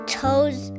toes